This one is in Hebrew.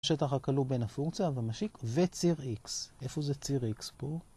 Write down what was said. שטח הכלוא בין הפונקציה והמשיק וציר x, איפה זה ציר x פה?